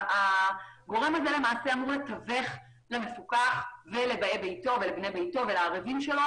הגורם הזה אמור לתווך למפוקח ולבאי ביתו ולערבים שלו